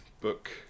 book